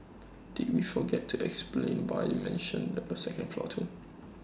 did we forget to explain why we mentioned the second floor too